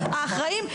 האחראים,